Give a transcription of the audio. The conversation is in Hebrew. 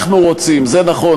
אנחנו רוצים, זה נכון.